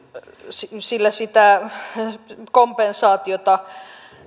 kun sitä kompensaatiota